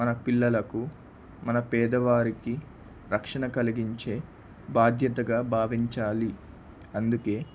మన పిల్లలకు మన పేదవారికి రక్షణ కలిగించే బాధ్యతగా భావించాలి అందుకే